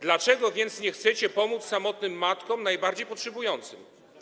Dlaczego więc nie chcecie pomóc samotnym matkom, najbardziej potrzebującym?